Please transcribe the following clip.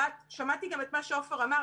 ושמעתי גם את מה שעופר אמר.